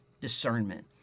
discernment